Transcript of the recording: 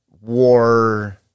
war